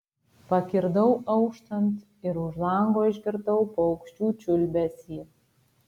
pakirdau auštant ir už lango išgirdau paukščių čiulbesį